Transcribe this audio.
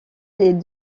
les